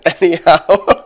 Anyhow